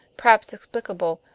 perhaps, explicable,